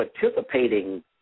participating